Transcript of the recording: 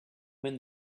when